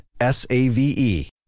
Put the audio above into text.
S-A-V-E